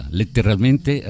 letteralmente